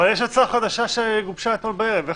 אבל יש הצעה חדשה שגובשה אתמול בערב.